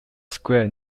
square